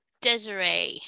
Desiree